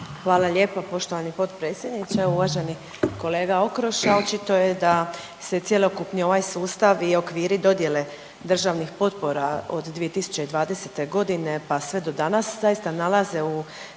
Hvala lijepa poštovani potpredsjedniče. Uvaženi kolega Okroša očito je da se cjelokupni ovaj sustav i okviri dodijele državnih potpora od 2020. godine pa sve do danas zaista nalaze u